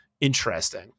interesting